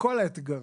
כל האתגרים.